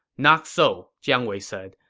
not so, jiang wei said.